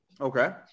Okay